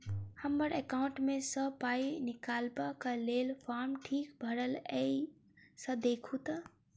हम्मर एकाउंट मे सऽ पाई निकालबाक लेल फार्म ठीक भरल येई सँ देखू तऽ?